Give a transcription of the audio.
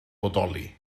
bodoli